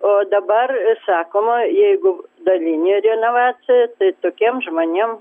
o dabar sakoma jeigu dalinė renovacija tai tokiem žmonėm